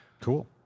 Cool